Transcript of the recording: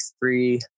three